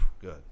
Good